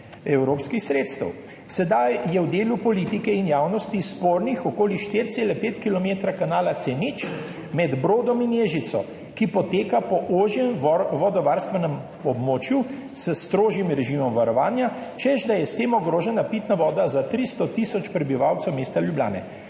evropskih sredstev. Sedaj je v delu politike in javnosti spornih okoli 4,5 kilometra kanala C0 med Brodom in Ježico, ki poteka po ožjem vodovarstvenem območju s strožjim režimom varovanja, češ da je s tem ogrožena pitna voda za 300 tisoč prebivalcev mesta Ljubljana.